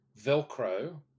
Velcro